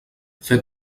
fer